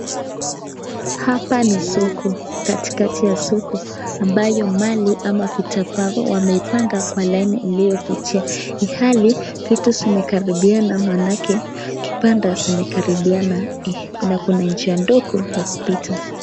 Hapa ni soko katikati ya soko ambayo mali ama vifaa wameipanga kwa hali iliyovutia ilhali vitu zimekaribiana manake kibanda zimekaribiana na kuna njia ndogo ya kupita.